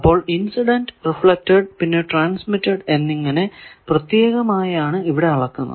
അപ്പോൾ incident reflected പിന്നെ transmitted എന്നിങ്ങനെ പ്രത്യേകമായാണ് ഇവിടെ അളക്കുന്നത്